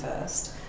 first